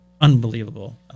unbelievable